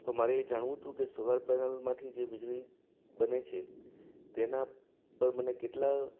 તો મારે એ જાણવું હતું કે સોલાર પેનલમાંથી જે વીજળી બને છે તેના પર મને કેટલા